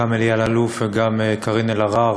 גם אלי אלאלוף וגם קארין אלהרר.